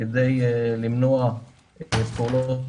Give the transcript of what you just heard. כדי למנוע פעולות